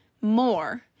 more